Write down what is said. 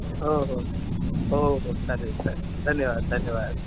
हो हो हो हो चालेल चालेल धन्यवाद धन्यवाद